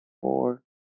four